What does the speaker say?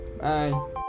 Bye